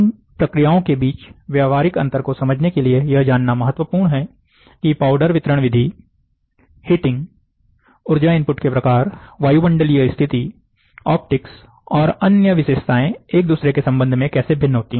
इन प्रक्रियाओं के बीच व्यावहारिक अंतर को समझने के लिए यह जानना महत्वपूर्ण है कि पाउडर वितरण विधिहिटिंग प्रक्रियाऊर्जा इनपुट के प्रकार वायुमंडलीय स्थिति ऑप्टिक्स और अन्य विशेषताएं एक दूसरे के संबंध में कैसे भिन्न होती हैं